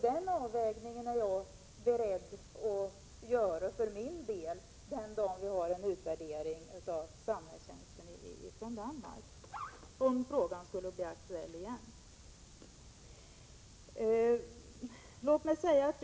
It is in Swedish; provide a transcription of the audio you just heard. Den avvägningen är jag för min del beredd att göra den dag vi har en utvärdering av samhällstjänsten från Danmark, om frågan skulle bli aktuell igen.